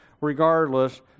regardless